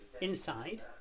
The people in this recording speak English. Inside